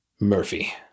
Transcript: Murphy